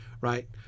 right